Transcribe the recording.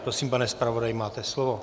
Prosím, pane zpravodaji, máte slovo.